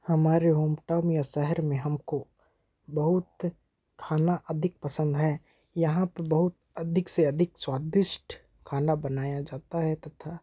हमारे होमटाउन या शहर में हमको बहुत खाना अधिक पसंद है यहाँ पे बहुत अधिक से अधिक स्वादिष्ट खाना बनाया जाता है तथा